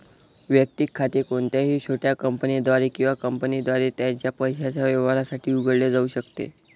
वैयक्तिक खाते कोणत्याही छोट्या कंपनीद्वारे किंवा कंपनीद्वारे त्याच्या पैशाच्या व्यवहारांसाठी उघडले जाऊ शकते